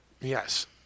Yes